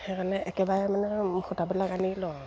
সেইকাৰণে একেবাৰে মানে সুতাবিলাক আনি লওঁ আৰু